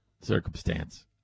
circumstance